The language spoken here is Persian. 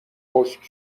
خشک